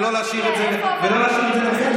ולא להשאיר את זה לבית המשפט.